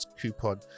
coupon